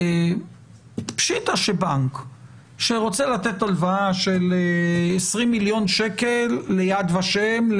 פשיטה שבנק שרוצה לתת הלוואה של 20 מיליון שקלים ליד ושם,